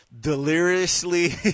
deliriously